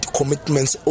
commitments